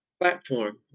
platform